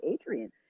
Adrian